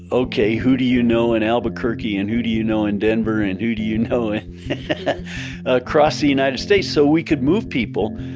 okay, who do you know in albuquerque? and who do you know in denver? and who do you know across across the united states? so we could move people,